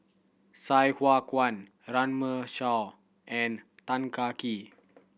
Sai Hua Kuan Runme Shaw and Tan Kah Kee